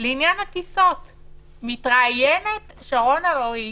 לעניין הטיסות מתראיינת שרון אלרועי